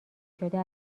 شده